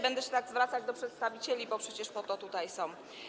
Będę się tak zwracała do przedstawicieli, bo przecież po to tutaj są.